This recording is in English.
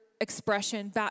expression